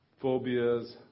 phobias